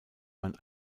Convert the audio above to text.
man